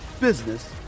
business